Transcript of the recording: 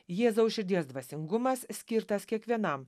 jėzaus širdies dvasingumas skirtas kiekvienam